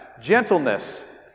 gentleness